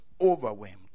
overwhelmed